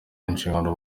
inshingano